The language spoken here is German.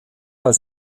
als